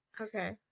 Okay